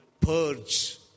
purge